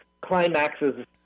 climaxes